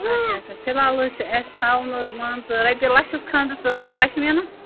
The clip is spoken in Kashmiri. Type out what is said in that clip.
اچھا اچھا فلحال حظ چھُ اَسہِ تھاوُن حظ رۄپیہِ لَچھَس کھنڈس حظ پشمیٖنہ